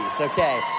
okay